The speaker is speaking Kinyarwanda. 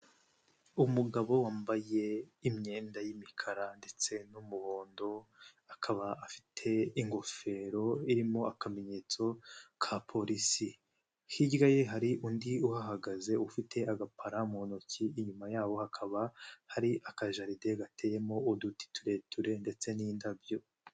Umugabo wambaye imyenda y'imikara ndetse n'umuhondo, akaba afite ingofero irimo akamenyetso ka Polisi, hirya ye hari undi uhagaze ufite agapara mu ntoki, inyuma yaho hakaba hari akajaride gateyemo uduti tureture ndetse n'indabyo.